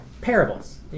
parables